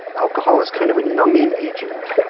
alcohol is kind of a numbing agent.